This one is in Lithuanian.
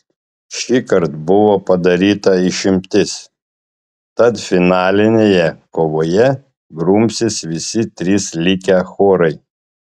šįkart buvo padaryta išimtis tad finalinėje kovoje grumsis visi trys likę chorai